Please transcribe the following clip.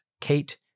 Kate